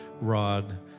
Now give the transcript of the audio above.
rod